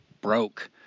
broke